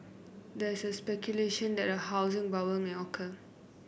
there is speculation that a housing bubble may occur